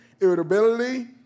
irritability